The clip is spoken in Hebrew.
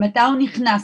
מתי הוא נכנס,